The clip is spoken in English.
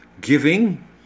giving